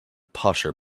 posher